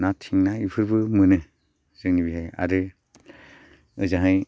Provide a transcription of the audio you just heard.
ना थिंगोना इफोरबो मोनो जोंनि बेहाय आरो ओजोंहाय